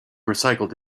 recycled